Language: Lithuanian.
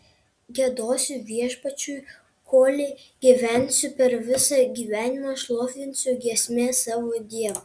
giedosiu viešpačiui kolei gyvensiu per visą gyvenimą šlovinsiu giesme savo dievą